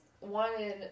wanted